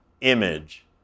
image